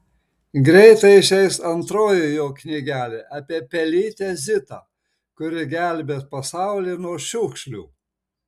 greitai išeis antroji jo knygelė apie pelytę zitą kuri gelbės pasaulį nuo šiukšlių